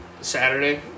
saturday